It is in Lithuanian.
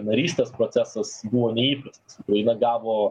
narystės procesas buvo neįprastas ukraina gavo